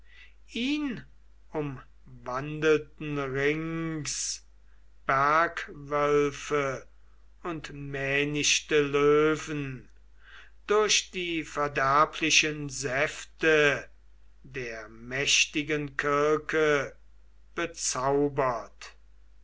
ihn umwandelten rings bergwölfe und mähnichte löwen durch die verderblichen säfte der mächtigen kirke bezaubert